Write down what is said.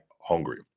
hungry